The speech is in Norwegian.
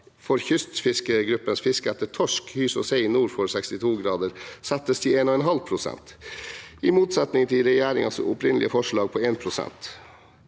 for kystfiskegruppens fiske etter torsk, hyse og sei nord for 62 grader nord settes til 1,5 pst. – i motsetning til regjeringens opprinnelige forslag på 1